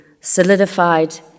solidified